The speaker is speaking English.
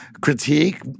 critique